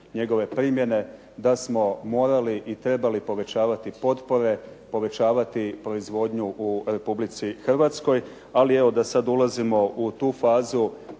njegove primjene, da smo morali i trebali povećavati potpore, povećavati proizvodnju u Republici Hrvatskoj, ali evo da sad ulazimo u tu fazu